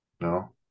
No